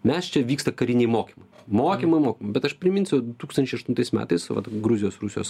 mes čia vyksta kariniai mokymai mokymai mokymai bet aš priminsiu du tūkstančiai aštuntais metais gruzijos rusijos